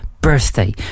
birthday